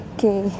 Okay